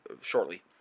shortly